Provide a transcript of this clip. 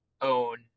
own